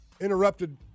interrupted